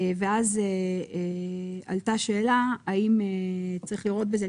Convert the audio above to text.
ואז עלתה שאלה האם צריך לראות בזה,